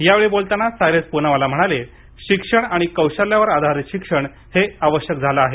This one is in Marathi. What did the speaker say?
यावेळी बोलताना सायरस पुनावाला म्हणाले शिक्षण आणि कौशल्यावर आधारित शिक्षण हे आवश्यक झालं आहे